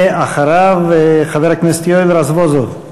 ואחריו, חבר הכנסת יואל רזבוזוב.